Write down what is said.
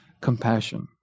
compassion